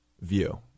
view